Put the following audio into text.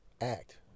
Act